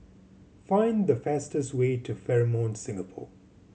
find the fastest way to Fairmont Singapore